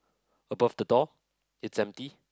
above the door it's empty